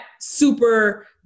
super